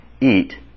eat